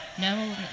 no